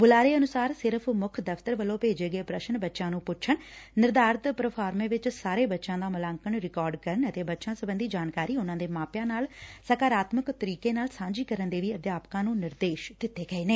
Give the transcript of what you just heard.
ਬੁਲਾਰੇ ਅਨੁਸਾਰ ਸਿਰਫ ਮੁੱਖ ਦਫ਼ਤਰ ਵੱਲੋਂ ਭੇਜੇ ਗਏ ਪ੍ਰਸ਼ਨ ਬੱਚਿਆਂ ਨੂੰ ਪੁੱਛਣ ਨਿਰਧਾਰਤ ਪ੍ਰੋਫਾਰਮੇ ਵਿੱਚ ਸਾਰੇ ਬੱਚਿਆਂ ਦਾ ਮੁਲਾਂਕਣ ਰਿਕਾਰਡ ਕਰਨ ਅਤੇ ਬੱਚਿਆਂ ਸਬੰਧੀ ਜਾਣਕਾਰੀ ਉਨਾਂ ਦੇ ਮਾਪਿਆਂ ਨਾਲ ਸਾਕਾਰਤਮਿਕ ਤਰੀਕੇ ਨਾਲ ਸਾਂਝੀ ਕਰਨ ਦੇ ਵੀ ਅਧਿਆਪਕਾਂ ਨੂੰ ਨਿਰਦੇਸ਼ ਦਿੱਤੇ ਗਏ ਨੇ